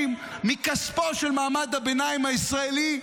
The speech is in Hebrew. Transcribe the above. מכספו של מעמד הביניים הישראלי,